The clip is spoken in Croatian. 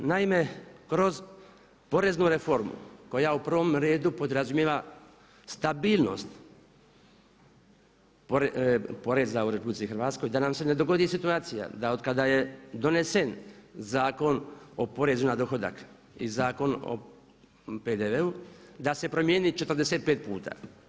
Naime, kroz poreznu reformu, koja u prvom redu podrazumijeva stabilnost poreza u RH, da nam se ne dogodi situacija da otkada je donesen Zakon o porezu na dohodak i Zakon o PDV-u da se promjeni 45 puta.